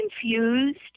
confused